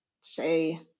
say